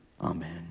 Amen